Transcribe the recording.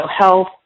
health